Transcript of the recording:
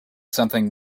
something